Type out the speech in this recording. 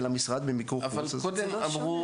המשרד במיקור חוץ --- אבל אמרו קודם,